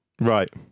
Right